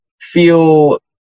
feel